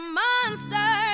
monster